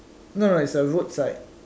no no it's a roadside